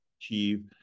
achieve